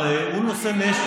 אבל הוא נושא נשק,